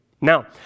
Now